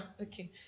Okay